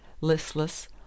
Listless